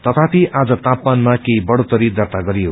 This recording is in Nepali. तथापि आज तापमानमा केही बढ़ोत्तरी दर्ता गरियो